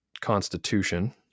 constitution